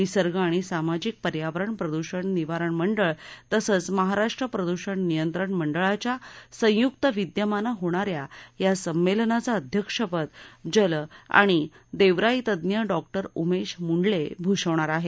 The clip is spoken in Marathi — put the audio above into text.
निसर्ग आणि सामाजिक पर्यावरण प्रदूषण निवारण मंडळ तसंच महाराष्ट्र प्रदूषण नियंत्रण मंडळाच्या संयुक्त विद्यमानं होणाऱ्या या संमेलनाचं अध्यक्षपद जल आणि देवराईतज्ज्ञ डॉक्टर उमेश मुंडल्ये भूषविणार आहेत